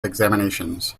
examinations